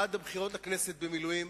עד לבחירות בכנסת, במילואים.